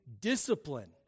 discipline